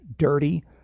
dirty